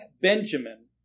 Benjamin